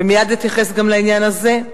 ומייד אתייחס גם לעניין הזה,